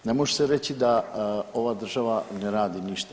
Ne može se reći da ova država ne radi ništa.